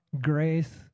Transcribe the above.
grace